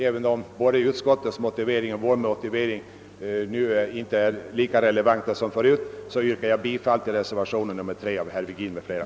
Även om varken utskottsmajoriteten eller vår motivering i dag är lika relevanta som tidigare yrkar jag bifall till reservationen 3 av herr Virgin m.fl.